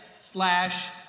slash